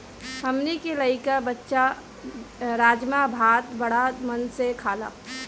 हमनी के लइका बच्चा राजमा भात बाड़ा मन से खाला